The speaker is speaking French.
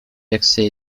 d’accès